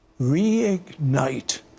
Reignite